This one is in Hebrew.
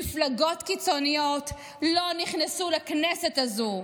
ומפלגות קיצוניות לא נכנסו לכנסת הזאת.